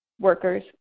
workers